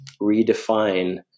redefine